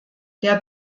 der